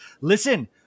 listen